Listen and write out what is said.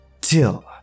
till